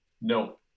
No